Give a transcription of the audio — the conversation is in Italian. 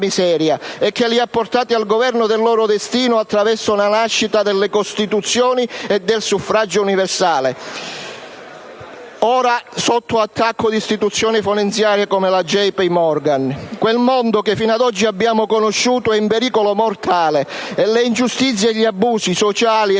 e che li ha portati al governo del loro destino attraverso la nascita delle costituzioni e del suffragio universale, ora sotto attacco di istituzioni finanziarie come la J. P. Morgan. Quel mondo che fino ad oggi abbiamo conosciuto è in pericolo mortale per le ingiustizie e gli abusi, sociali economici